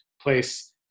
place